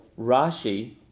Rashi